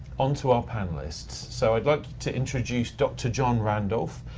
on to our panelists. so i'd like to introduce dr. john randolph,